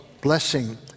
blessing